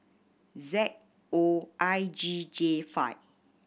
Z O I G J five